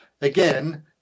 again